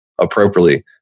appropriately